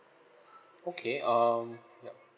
okay um yup